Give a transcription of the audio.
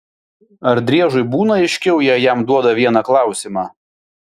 ar driežui būna aiškiau jei jam duoda vieną klausimą